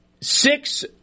six